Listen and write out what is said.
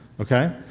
okay